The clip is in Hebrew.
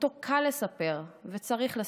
שאותו קל לספר וצריך לספר,